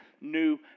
new